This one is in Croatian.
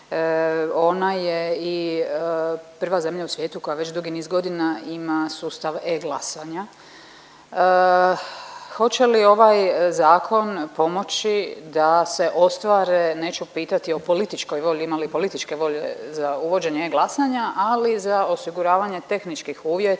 Ona je i prva zemlja u svijetu koja već dugi niz godina ima sustav e-glasanja. Hoće li ovaj zakon pomoći da se ostvare, neću pitati o političkoj volji, ima li političke volje za uvođenje e-glasanja, ali za osiguravanje tehničkih uvjeta